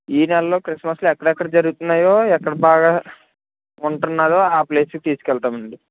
ఈ నెలలో క్రిస్మస్లు ఎక్కడెక్కడ జరుగుతున్నాయో ఎక్కడ బాగా ఉంటున్నారో ఆ ప్లేస్కి తీసుకు వెళ్తామండి